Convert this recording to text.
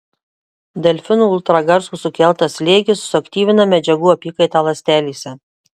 delfinų ultragarso sukeltas slėgis suaktyvina medžiagų apykaitą ląstelėse